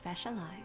specialize